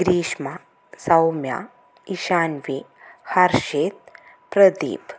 Greeshma Soumya Ishanvi Harshit Pradeep